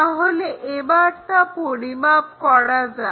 তাহলে এবার তা পরিমাপ করা যাক